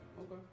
Okay